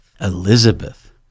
Elizabeth